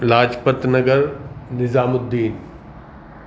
لاجپت نگر نظام الدین